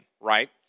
right